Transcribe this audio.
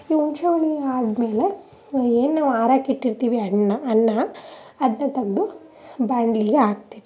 ಇನ್ನೂ ಹುಣಸೆ ಹುಳಿ ಆದ್ಮೇಲೆ ಏನು ಆರೋಕಿಟ್ಟಿರ್ತೀವಿ ಅಣ್ಣ ಅನ್ನ ಅದನ್ನ ತೆಗ್ದು ಬಾಣಲಿಲಿ ಹಾಕಿದೆ